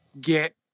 get